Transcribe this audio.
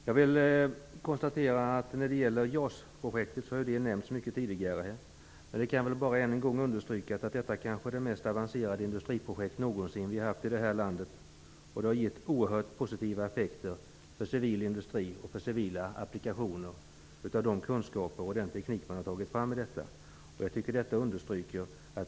Jag vill understryka att JAS-projektet är det mest avancerade industriprojekt som vi någonsin har haft i det här landet. Det har gett oerhört positiva effekter för civil industri och för civila applikationer av de kunskaper och den teknik som man har tagit fram i samband med JAS-projektet.